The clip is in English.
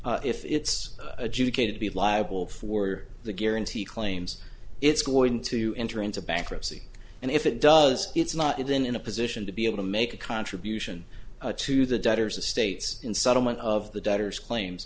if it's adjudicated to be liable for the guarantee claims it's going to enter into bankruptcy and if it does it's not even in a position to be able to make a contribution to the debtors estates in settlement of the debtors claims